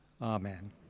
Amen